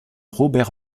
robert